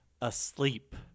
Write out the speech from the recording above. Asleep